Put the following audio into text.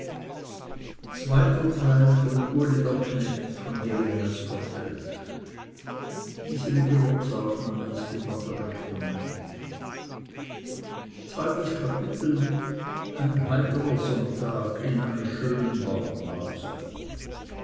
ein heiterer sonntag in einem schönen